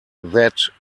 that